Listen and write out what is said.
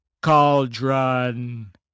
Cauldron